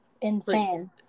Insane